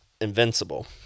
invincible